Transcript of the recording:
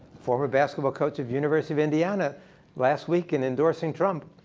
former basketball coach of university of indiana last week in endorsing trump,